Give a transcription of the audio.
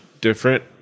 different